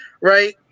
Right